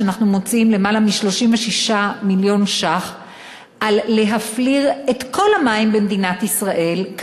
שאנחנו מוציאים יותר מ-36 מיליון שקלים על הפלרת כל המים במדינת ישראל,